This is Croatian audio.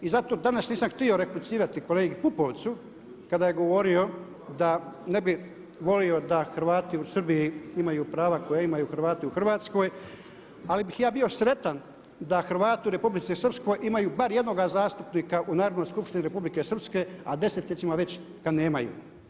I zato danas nisam htio replicirati kolegi Pupovcu kada je govorio da ne bi volio da Hrvati u Srbiji imaju prava koja imaju Hrvati u Hrvatskoj ali bih ja bio sretan da Hrvati u Republici Srpskoj imaju bar jednoga zastupnika u Narodnoj skupštini Republike Srpske a desetljećima već ga nemaju.